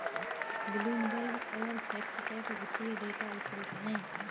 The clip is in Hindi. ब्लूमबर्ग और फैक्टसेट वित्तीय डेटा विक्रेता हैं